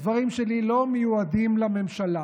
הדברים שלי לא מיועדים לממשלה.